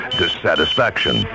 dissatisfaction